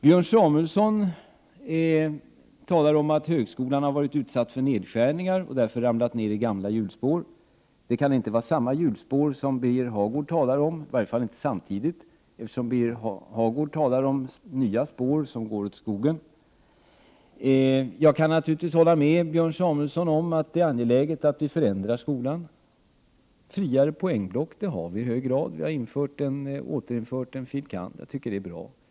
Björn Samuelson talar om att högskolan har varit utsatt för nedskärningar och därför ramlat ner i gamla hjulspår. Det kan inte vara samma hjulspår — i varje fall inte samtidigt — som Birger Hagård talar om, eftersom Birger Hagård talar om nya spår som går åt skogen. Jag kan naturligtvis hålla med Björn Samuelson om att det är angeläget att vi förändrar skolan. Friare poängblock har vi i hög grad. Vi har återinfört en fil.kand. Jag tycker att det är bra.